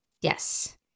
Yes